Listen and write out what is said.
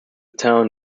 town